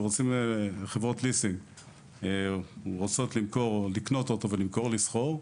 חברות הליסינג רוצות לקנות אוטו ולמכור-לסחור,